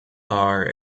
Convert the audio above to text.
are